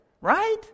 Right